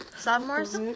Sophomores